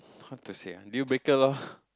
how to say ah deal breaker lor